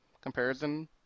comparison